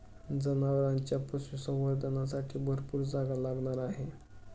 जनावरांच्या पशुसंवर्धनासाठी भरपूर जागा लागणार आहे